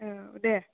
औ दे